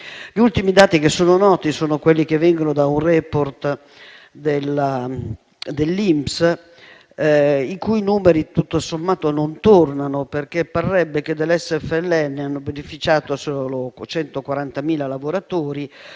Gli ultimi dati noti provengono da un report dell'INPS, i cui numeri tutto sommato non tornano, perché parrebbe che dell'SFL hanno beneficiato solo 140.000 lavoratori.